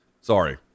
Sorry